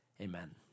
Amen